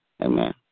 Amen